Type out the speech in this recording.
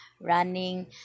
running